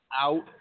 out